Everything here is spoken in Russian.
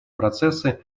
процессы